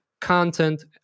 content